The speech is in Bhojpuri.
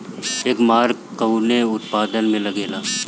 एगमार्क कवने उत्पाद मैं लगेला?